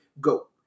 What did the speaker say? go